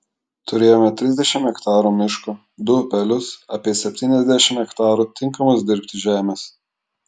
turėjome trisdešimt hektarų miško du upelius apie septyniasdešimt hektarų tinkamos dirbti žemės